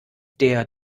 der